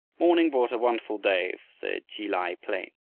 morning brought a wonderful day for the ki-lai plain.